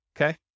okay